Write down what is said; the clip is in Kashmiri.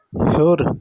ہیوٚر